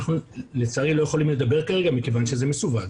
אנחנו לצערי לא יכולים לדבר כרגע מכיוון שזה מסווג,